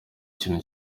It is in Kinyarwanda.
kintu